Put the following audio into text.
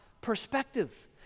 perspective